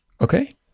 okay